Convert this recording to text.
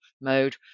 mode